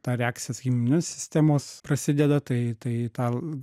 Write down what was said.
ta reakcija sakykim niu sistemos prasideda tai tai tą l